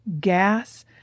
gas